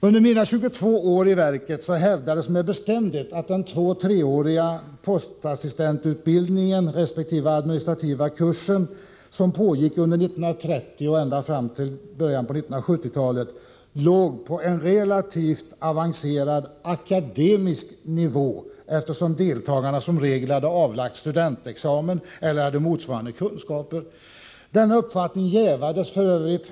Under mina 22 år i postverket hävdades med bestämdhet att den tvåtill treåriga postassistentutbildning resp. administrativa kurs som erbjöds från 1930 och ända fram till början av 1970-talet låg på en relativt avancerad akademisk nivå, eftersom deltagarna som regel hade avlagt studentexamen eller hade motsvarande kunskaper. Denna uppfattning jävades f.ö.